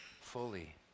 fully